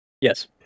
Yes